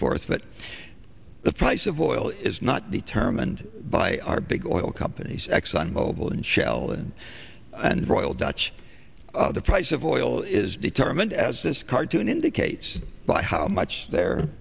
forth but the price of oil is not determined by our big oil companies exxon mobil and shell and royal dutch the price of oil is determined as this cartoon indicates but how much there